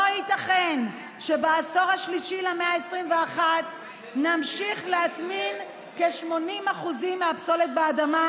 לא ייתכן שבעשור השלישי למאה ה-21 נמשיך להטמין כ-80% מהפסולת באדמה,